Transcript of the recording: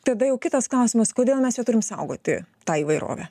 tada jau kitas klausimas kodėl mes ją turim saugoti tą įvairovę